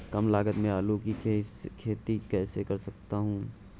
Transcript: कम लागत में आलू की खेती कैसे कर सकता हूँ?